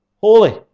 holy